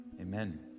Amen